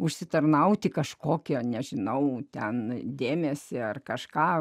užsitarnauti kažkokio nežinau ten dėmesį ar kažką